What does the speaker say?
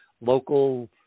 local